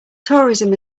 tourism